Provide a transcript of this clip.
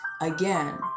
again